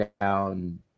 down